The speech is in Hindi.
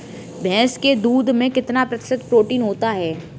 भैंस के दूध में कितना प्रतिशत प्रोटीन होता है?